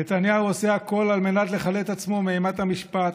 נתניהו עושה הכול על מנת לחלץ עצמו מאימת המשפט,